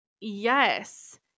Yes